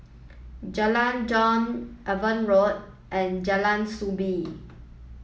Jalan Jong Avon Road and Jalan Soo Bee